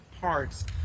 parts